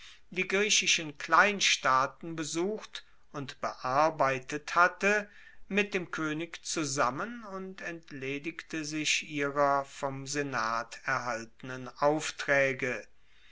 die griechischen kleinstaaten besucht und bearbeitet hatte mit dem koenig zusammen und entledigte sich ihrer vom senat erhaltenen auftraege